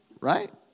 Right